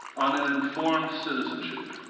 on an informed citizenship.